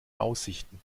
aussichten